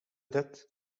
that